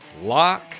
lock